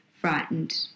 frightened